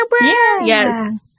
Yes